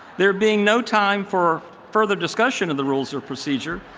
there being no time for further discussion of the rules of procedure,